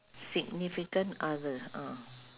significant other uh